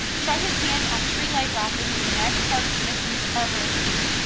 try his hand on tree light wrapping with the niagara park commission's arbor esteem,